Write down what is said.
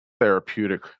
therapeutic